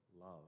love